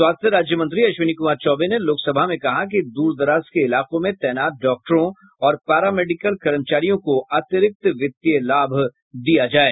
स्वास्थ्य राज्यमंत्री अश्विनी कुमार चौबे ने लोकसभा में कहा कि दूरदराज के इलाकों में तैनात डॉक्टरों और पैरा मेडिकल कर्मचारियों को अतिरिक्त वित्तीय लाभ दिया जाये